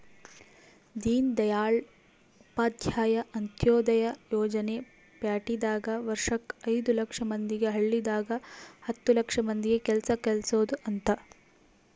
ದೀನ್ದಯಾಳ್ ಉಪಾಧ್ಯಾಯ ಅಂತ್ಯೋದಯ ಯೋಜನೆ ಪ್ಯಾಟಿದಾಗ ವರ್ಷಕ್ ಐದು ಲಕ್ಷ ಮಂದಿಗೆ ಹಳ್ಳಿದಾಗ ಹತ್ತು ಲಕ್ಷ ಮಂದಿಗ ಕೆಲ್ಸ ಕಲ್ಸೊದ್ ಅಂತ